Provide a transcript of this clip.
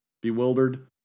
Bewildered